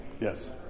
yes